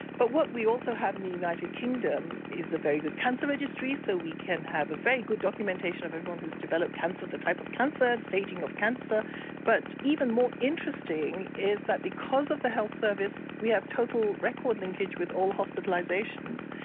but what we also have in the united kingdom is a very good cancer registry, so we can have a very good documentation of everyone who's developed cancer, the type of cancer, the staging of cancer but even more interesting is that because of the health service we have total record linkage with all hospitalisations.